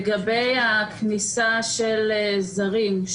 לגבי הכניסה של זרים,